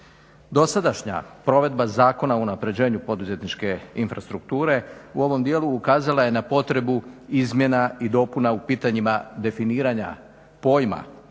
Dosadašnja provedba Zakona o unapređenju poduzetničke infrastrukture u ovom dijelu ukazala je na potrebu izmjena i dopuna u pitanjima definiranja pojma